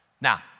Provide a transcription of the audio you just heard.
Now